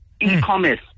E-commerce